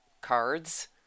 cards